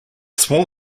small